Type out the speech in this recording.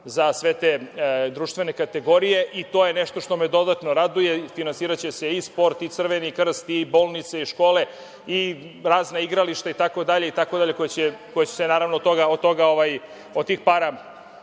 za sve te društvene kategorije i to je nešto što me dodatno raduje. Finansiraće se i sport i Crveni Krst i bolnice i škole i razna igrališta itd, itd. koja će se, naravno, od toga,